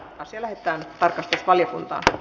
asia lähetettiin tarkastusvaliokuntaan